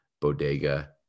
Bodega